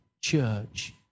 church